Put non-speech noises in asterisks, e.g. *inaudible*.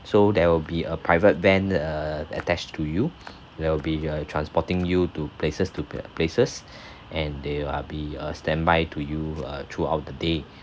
so there will be a private van err attached to you they'll be uh transporting you to places to uh places *breath* and they are be a standby to you uh throughout the day